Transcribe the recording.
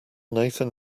nathan